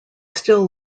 still